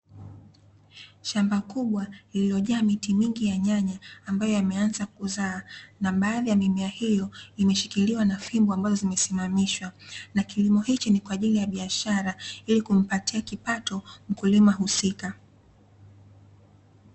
Shamba kubwa lililojaa miti mingi ya nyanya ambayo yameanza kuzaa na baadhi ya mimea hiyo imeshikiliwa na fimbo ambazo zimesimamishwa na kilimo hiki ni kwa ajili ya biashara ili kumpatia kipato mkulima husika.